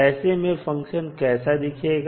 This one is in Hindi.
ऐसे मैं फंक्शन कैसा दिखेगा